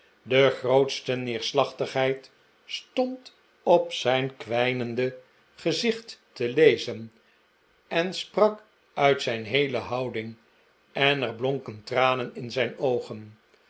de grootste neerslachtigheid stond op zijn kwijnende gezicht te lezen en sprak uit zijn heele houding en op het punt te gaan trouwen er bloriken tranen in zijn oogen